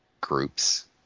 groups